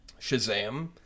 Shazam